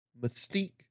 Mystique